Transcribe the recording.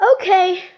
Okay